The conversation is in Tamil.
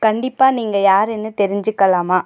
கண்டிப்பாக நீங்கள் யாருன்னு தெரிஞ்சுக்கலாமா